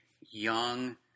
young